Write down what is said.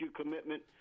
commitment